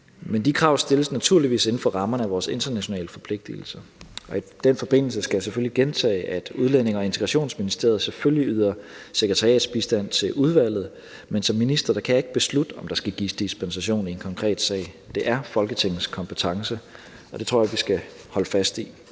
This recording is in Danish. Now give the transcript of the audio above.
men de krav stilles naturligvis inden for rammerne af vores internationale forpligtelser. I den forbindelse skal jeg gentage, at Udlændinge- og Integrationsministeriet selvfølgelig yder sekretariatsbistand til udvalget, men som minister kan jeg ikke beslutte, om der skal gives dispensation i en konkret sag. Det er Folketingets kompetence, og det tror jeg vi skal holde fast i.